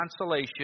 consolation